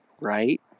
Right